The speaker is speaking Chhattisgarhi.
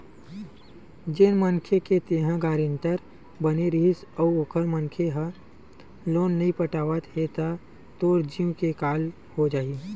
जेन मनखे के तेंहा गारेंटर बने रहिबे अउ ओ मनखे ह लोन नइ पटावत हे त तोर जींव के काल हो जाही